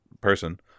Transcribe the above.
person